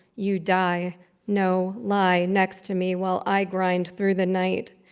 you die no, lie next to me while i grind through the night.